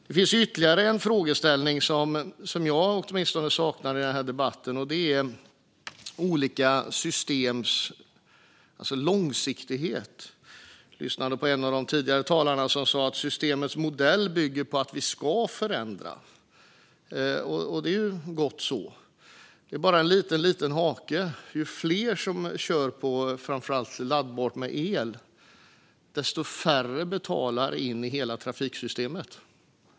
Det finns ytterligare en frågeställning som åtminstone jag saknar i debatten. Det är olika systems långsiktighet. Jag lyssnade på en av de tidigare talarna som sa att systemets modell bygger på att vi ska förändra, och det är gott så. Det finns bara en liten hake. Ju fler som kör på framför allt laddbart med el, desto färre betalar in i hela trafiksystemet.